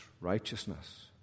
righteousness